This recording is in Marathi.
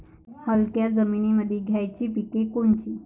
हलक्या जमीनीमंदी घ्यायची पिके कोनची?